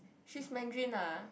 she's Mandarin ah